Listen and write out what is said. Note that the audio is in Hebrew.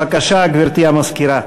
בבקשה, גברתי המזכירה.